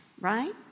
right